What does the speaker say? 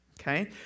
okay